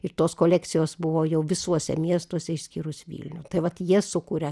ir tos kolekcijos buvo jau visuose miestuose išskyrus vilnių tai vat jie sukuria